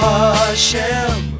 Hashem